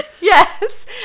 yes